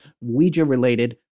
Ouija-related